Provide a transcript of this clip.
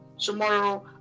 tomorrow